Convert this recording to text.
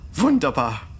Wunderbar